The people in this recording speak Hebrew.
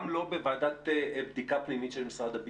גם לא בוועדת בדיקה פנימית של משרד הביטחון.